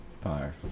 Fire